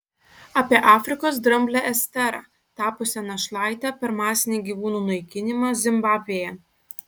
apie afrikos dramblę esterą tapusią našlaite per masinį gyvūnų naikinimą zimbabvėje